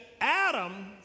Adam